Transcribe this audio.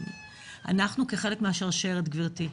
אנחנו כחלק מהשרשרת גברתי.